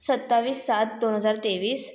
सत्तावीस दोन हजार तेवीस